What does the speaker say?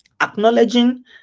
acknowledging